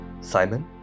Simon